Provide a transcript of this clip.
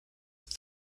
with